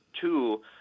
two